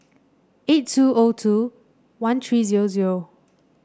eight two O two one three zero zero